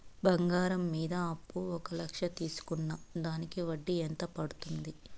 బంగారం మీద అప్పు ఒక లక్ష తీసుకున్న దానికి వడ్డీ ఎంత పడ్తుంది?